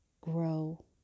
grow